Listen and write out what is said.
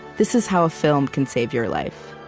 this is how a film can save your life.